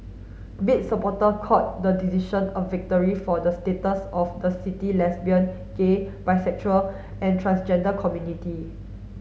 bid supporter called the decision a victory for the status of the city lesbian gay bisexual and transgender community